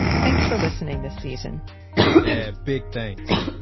thanks for listening this season yeah, big thanks.